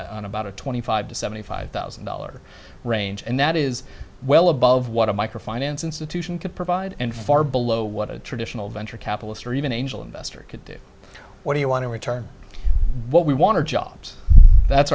focus on about a twenty five the seventy five thousand dollars range and that is well above what a micro finance institution could provide and far below what a traditional venture capitalists or even angel investors could do what do you want to return what we want to jobs that's